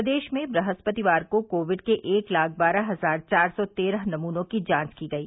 प्रदेश में बृहस्पतिवार को कोविड के एक लाख बारह हजार चार सौ तेरह नमूनों की जांच की गयी